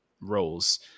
roles